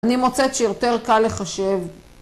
אני מוצאת שיותר קל לחשב.